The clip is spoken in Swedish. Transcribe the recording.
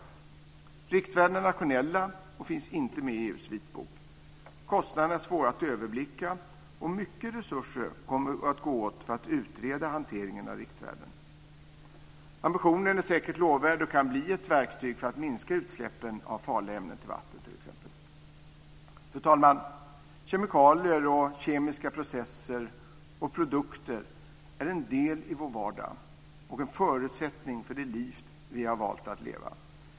Riktvärdena är nationella och finns inte med i EU:s vitbok. Kostnaderna är svåra att överblicka och mycket resurser kommer att gå åt för att utreda hanteringen av riktvärden. Ambitionen är säkert lovvärd och kan bli ett verktyg för att minska utsläppen av farliga ämnen till vatten. Fru talman! Kemikalier och kemiska processer och produkter är en del i vår vardag och en förutsättning för det liv vi har valt att leva.